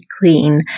clean